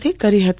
થી કરી હતી